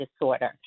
disorder